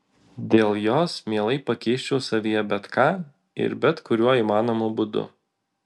dėl jos mielai pakeisčiau savyje bet ką ir bet kuriuo įmanomu būdu